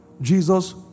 Jesus